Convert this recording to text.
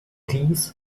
dies